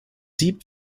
deep